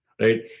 right